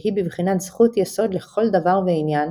שהיא בבחינת זכות יסוד לכל דבר ועניין